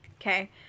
Okay